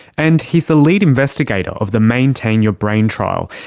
and he's the lead investigator of the maintain your brain trial,